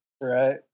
Right